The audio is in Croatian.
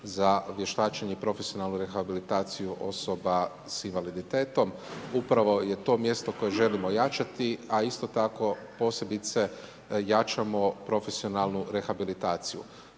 za vještačenje i profesionalnu rehabilitaciju osoba sa invaliditetom. Upravo je to mjesto koje želimo ojačati a isto tako posebice jačamo profesionalnu rehabilitaciju.